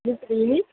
द्वित्रीणि